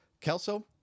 Kelso